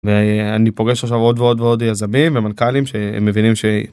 אני פוגש עכשיו עוד ועוד ועוד יזמים ומנכ״לים שהם מבינים ש...